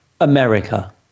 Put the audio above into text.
America